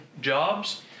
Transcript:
jobs